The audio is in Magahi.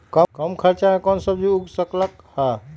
कम खर्च मे कौन सब्जी उग सकल ह?